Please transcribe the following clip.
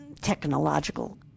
technological